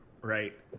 right